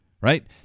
right